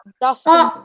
Dustin